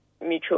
mutual